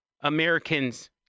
Americans